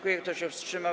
Kto się wstrzymał?